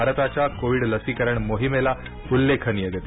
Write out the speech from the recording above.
भारताच्या कोविड लसीकरण मोहिमेला उल्लेखनीय गती